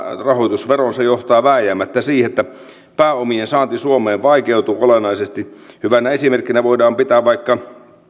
rahoitusveron se johtaa vääjäämättä siihen että pääomien saanti suomeen vaikeutuu olennaisesti hyvänä esimerkkinä voidaan pitää vaikka